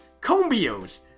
combios